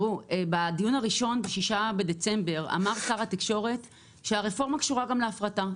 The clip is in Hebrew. בדיון הראשון ב-6 בדצמבר אמר שר התקשורת שהרפורמה קשורה גם להפרטה,